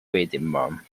widmer